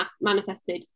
manifested